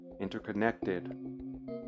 interconnected